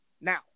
Now